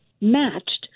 matched